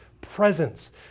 presence